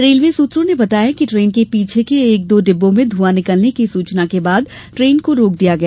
railway सूत्रों ने बताया कि ट्रेन के पीछे के एक दो डिब्बों से धुआ निकलने की सूचना के बाद ट्रेन को रोक दिया गया